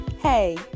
Hey